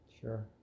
Sure